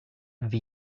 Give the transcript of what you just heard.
and